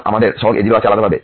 এবং আমাদের সহগ a0 আছে আলাদাভাবে